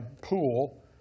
pool